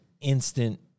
instant